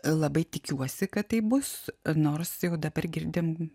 labai tikiuosi kad taip bus nors jau dabar girdim